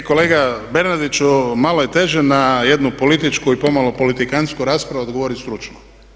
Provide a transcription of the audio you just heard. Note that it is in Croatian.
E kolega Bernardiću malo je teže na jednu političku i pomalo politikantsku raspravu odgovoriti stručno.